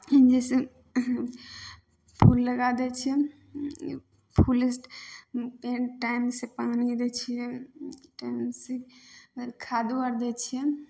जइसे फूल लगा दै छिए फूल टाइमसे पानी दै छिए टाइमसे खादो आर दै छिए